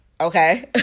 Okay